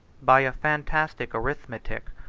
by a fantastic arithmetic,